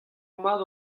mat